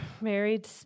married